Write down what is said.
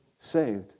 saved